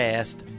Past